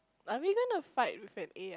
are we gonna fight with an a_i